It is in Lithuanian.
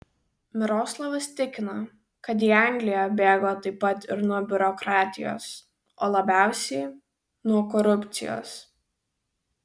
miroslavas tikina kad į angliją bėgo taip pat ir nuo biurokratijos o labiausiai nuo korupcijos